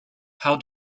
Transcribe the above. how